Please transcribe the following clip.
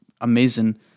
amazing